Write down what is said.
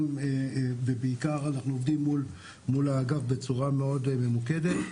אנחנו עובדים בעיקר מול האגף בצורה מאוד ממוקדת.